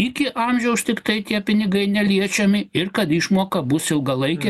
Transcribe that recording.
iki amžiaus tiktai tie pinigai neliečiami ir kad išmoka bus ilgalaikė